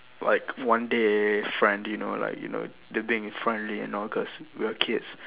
like one day friend you know like you know the thing is friendly and all cause we're kids